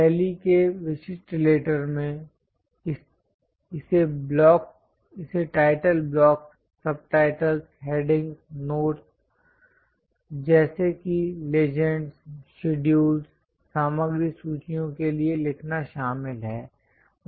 शैली के विशिष्ट लेटर में इसे title blocks subtitles headings notes जैसे कि लेजेंड्स शेड्यूल सामग्री सूचियों के लिए लिखना शामिल है